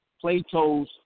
Plato's